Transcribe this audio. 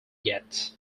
yet